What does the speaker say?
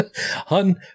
Hun